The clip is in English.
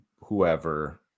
whoever